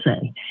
say